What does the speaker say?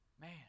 Man